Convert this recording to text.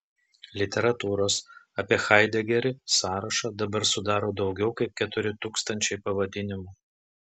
literatūros apie haidegerį sąrašą dabar sudaro daugiau kaip keturi tūkstančiai pavadinimų